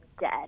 dead